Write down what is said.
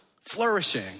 flourishing